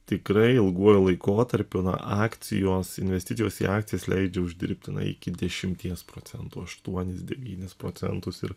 tikrai ilguoju laikotarpiu na akcijos investicijos į akcijas leidžia uždirbti iki dešimties procentųaštuonis devynis procentus ir